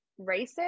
racist